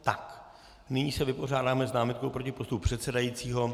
Tak, nyní se vypořádáme s námitkou proti postupu předsedajícího.